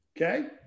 Okay